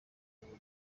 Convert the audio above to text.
buriri